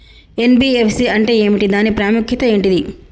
NBFC అంటే ఏమిటి దాని ప్రాముఖ్యత ఏంటిది?